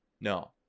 no